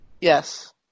yes